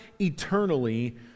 eternally